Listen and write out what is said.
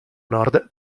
nord